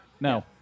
No